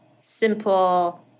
simple